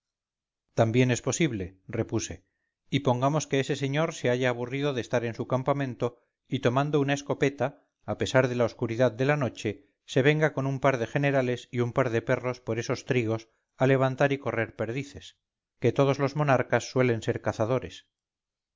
también es posible repuse y pongamos que ese señor se haya aburrido de estar en su campamento y tomando una escopeta apesar de la oscuridad de la noche se venga con un par de generales y un par de perros por esos trigos a levantar y correr perdices que todos los monarcas suelen ser cazadores